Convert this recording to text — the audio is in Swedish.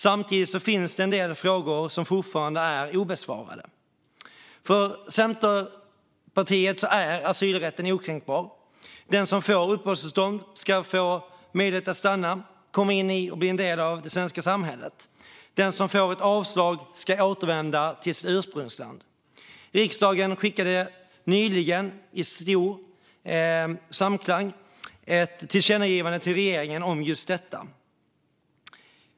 Samtidigt finns det en del frågor som fortfarande är obesvarade. För Centerpartiet är asylrätten okränkbar. Den som får uppehållstillstånd ska få möjlighet att stanna, komma in i och bli en del av det svenska samhället. Den som får ett avslag ska återvända till sitt ursprungsland. Riksdagen skickade nyligen i stor samklang ett tillkännagivande till regeringen om just detta.